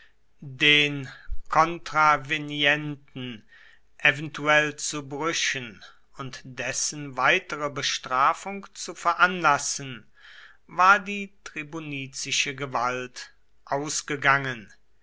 den kontravenienten eventuell zu brächen und dessen weitere bestrafung zu veranlassen war die tribunizische gewalt ausgegangen